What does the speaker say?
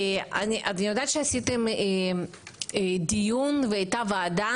אני יודעת שעשיתם דיון והייתה ועדה,